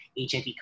HIV